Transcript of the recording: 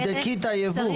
תבדקי את הייבוא.